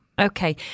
Okay